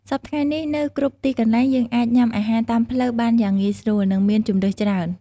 សព្វថ្ងៃនេះ នៅគ្រប់ទីកន្លែង យើងអាចញុំាអាហារតាមផ្លូវបានយ៉ាងងាយស្រួល និងមានជម្រើសច្រើន។